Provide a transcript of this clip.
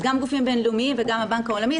אז גם גופים בינלאומיים וגם הבנק העולמי,